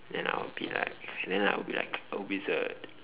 and I will be like then I will be like a wizard